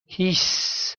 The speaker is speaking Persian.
هیس